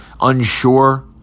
unsure